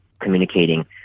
communicating